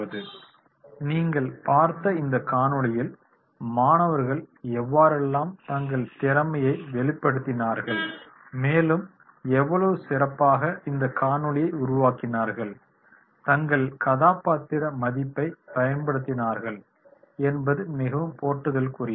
Video ends here காணொளி முடிவடைகிறது நீங்கள் பார்த்த இந்த காணொளியில் மாணவர்கள் எவ்வாறெல்லாம் தங்கள் திறமையை வெளிப்படுத்தினார்கள் மேலும் எவ்வளவு சிறப்பாக இந்தக் காணொளியை உருவாக்கினார்கள் தங்கள் கதா பாத்திர மதிப்பை பயன்படுத்தினார்கள் என்பது மிகவும் போற்றுதலுக்குரியது